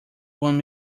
one